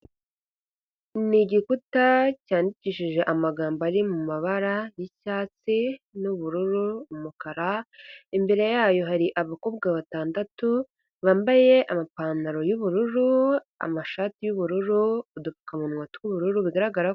Ni gikuta cyandikishije amagambo ari mu mabara y'icyatsi n'ubururu, umukara. Imbere yayo hari abakobwa batandatu bambaye amapantaro y'ubururu, amashati y'ubururu, udupfukamunwa tw'ubururu bigaragara.